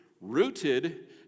Rooted